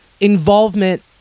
involvement